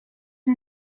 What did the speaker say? een